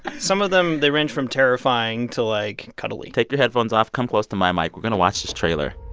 some of them they range from terrifying to, like, cuddly take your headphones off. come close to my mic. we're going to watch this trailer